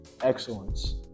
excellence